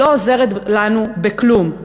לא עוזרת לנו בכלום,